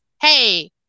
Hey